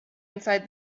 inside